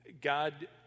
God